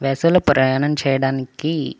వేసవిలో ప్రయాణం చేయడానికి